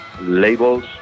labels